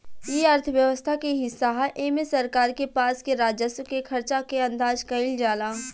इ अर्थव्यवस्था के हिस्सा ह एमे सरकार के पास के राजस्व के खर्चा के अंदाज कईल जाला